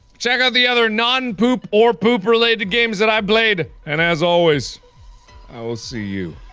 check out the other non-poop or poop-related games that i played. and as always i will see you.